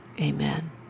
Amen